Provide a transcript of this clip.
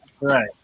Right